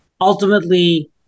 Ultimately